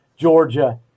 Georgia